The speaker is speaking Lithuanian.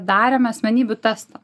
darėme asmenybių testą